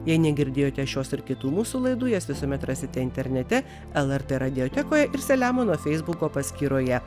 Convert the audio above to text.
jei negirdėjote šios ir kitų mūsų laidų jas visuomet rasite internete lrt radiotekoje ir selemono feisbuko paskyroje